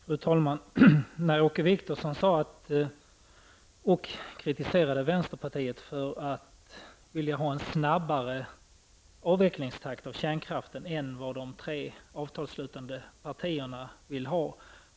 Fru talman! Åke Wictorsson kritiserade vänsterpartiet för att vilja ha en snabbare takt för avvecklingen av kärnkraften än vad de tre avtalsslutande partierna vill ha.